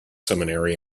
seminary